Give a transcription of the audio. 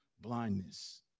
blindness